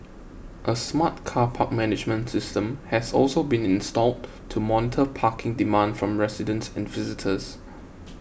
a smart car park management system has also been installed to monitor parking demand from residents and visitors